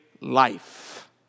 life